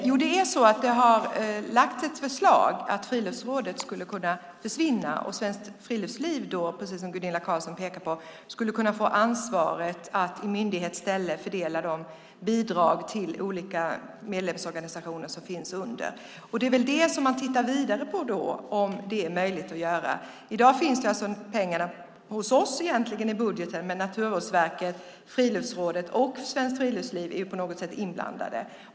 Fru talman! Jag börjar med det sistnämnda. Jo, det har lagts fram ett förslag om att ta bort Friluftsrådet. Svenskt Friluftsliv skulle då, precis som Gunilla Carlsson pekat på, kunna få ansvaret att i myndighets ställe fördela bidrag till de olika medlemsorganisationer som finns därunder. Vad man tittar vidare på är väl om det är möjligt att göra så. I dag finns pengarna egentligen hos oss, i budgeten. Men på något sätt är Naturvårdsverket, Friluftsrådet och Svenskt Friluftsliv inblandade.